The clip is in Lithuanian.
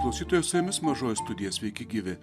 klausytojai su jumis mažoji studija sveiki gyvi